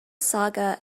saga